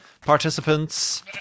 participants